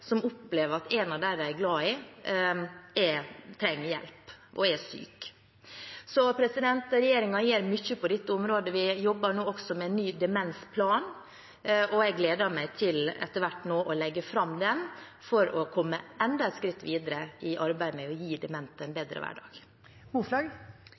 som opplever at en av dem de er glad i, er syk og trenger hjelp. Så regjeringen gjør mye på dette området. Vi jobber nå også med en ny demensplan, og jeg gleder meg til etter hvert nå å legge fram den for å komme enda et skritt videre i arbeidet med å gi demente en